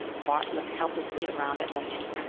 bart looked helplessly around at the men.